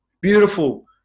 Beautiful